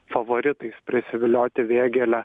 favoritais prisivilioti vėgėlę